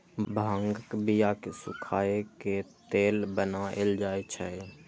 भांगक बिया कें सुखाए के तेल बनाएल जाइ छै